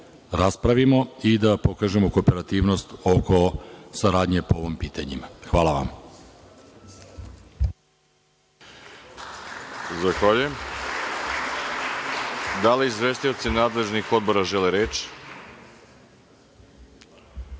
raspravimo i da pokažemo kooperativnost oko saradnje po ovim pitanjima. Hvala vam.